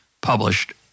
published